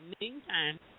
meantime